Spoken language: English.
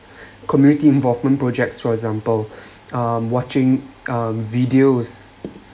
community involvement projects for example um watching um videos